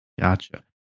Gotcha